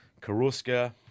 Karuska